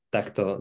Takto